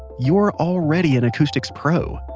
you're already an acoustics pro!